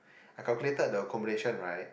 I calculated the accommodation right